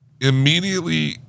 immediately